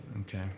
Okay